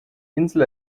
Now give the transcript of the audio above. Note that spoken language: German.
insel